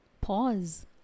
Pause